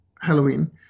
Halloween